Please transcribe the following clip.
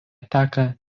teka